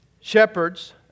Shepherds